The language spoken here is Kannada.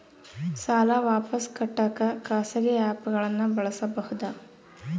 ಸಾಲ ವಾಪಸ್ ಕಟ್ಟಕ ಖಾಸಗಿ ಆ್ಯಪ್ ಗಳನ್ನ ಬಳಸಬಹದಾ?